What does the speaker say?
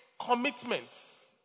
commitments